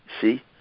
See